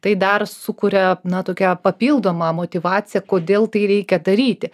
tai dar sukuria na tokią papildomą motyvaciją kodėl tai reikia daryti